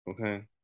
Okay